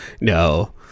no